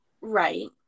right